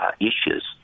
issues